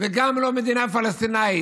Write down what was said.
לא שלום, וגם לא מדינה פלסטינית.